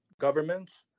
governments